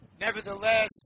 Nevertheless